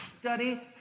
study